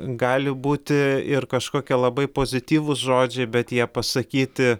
gali būti ir kažkokie labai pozityvūs žodžiai bet jie pasakyti